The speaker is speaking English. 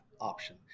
option